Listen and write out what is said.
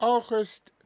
August